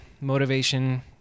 motivation